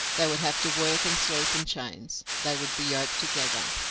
they would have to work and sleep in chains they would be yoked together,